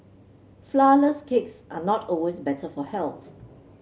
flourless cakes are not always better for health